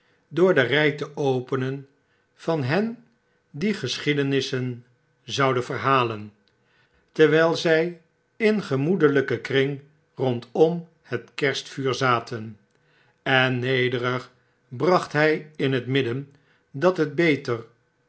door de ry te openen van hen die geschiedenissen zouden verhalen terwjjl z in een gemoedeiyken kring rondom het kerstvuur zaten en nederig bracht hji in het midden dat het beter